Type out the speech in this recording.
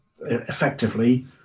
effectively